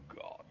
God